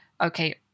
okay